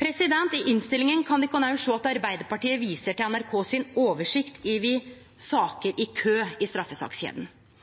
I innstillinga kan ein òg sjå at Arbeidarpartiet viser til NRK og deira oversikt over saker i kø i